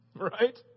Right